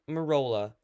Marola